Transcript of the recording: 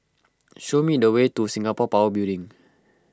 show me the way to Singapore Power Building